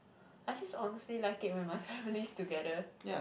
I just honestly like it when my family is together